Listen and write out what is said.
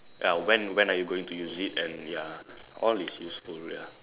ya when when are you going to use it and ya all is useful ya